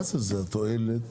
מה קורה עם ההערה של מועצת הלול?